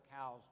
cows